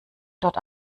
dort